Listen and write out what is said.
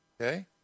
Okay